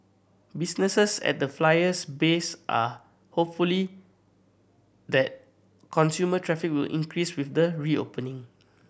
businesses at the Flyer's base are hopefully that customer traffic will increase with the reopening